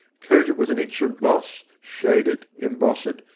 coat it with an inch of gloss, shade it, emboss it,